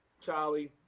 Charlie